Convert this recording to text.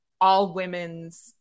all-women's